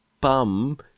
bum